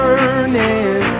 Burning